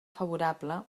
favorable